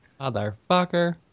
Motherfucker